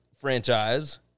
franchise